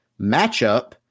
matchup